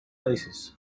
bases